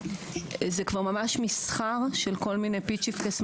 זה כבר ממש מסחר של כל מיני פיצ'פקעס,